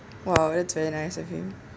!wow! that's very nice of him